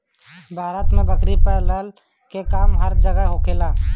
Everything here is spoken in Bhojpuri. भारत में बकरी पलला के काम हर जगही होखेला